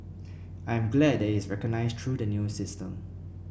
I'm glad that is recognised through the new system